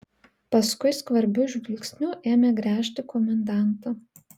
paskui skvarbiu žvilgsniu ėmė gręžti komendantą